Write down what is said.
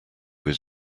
was